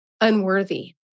unworthy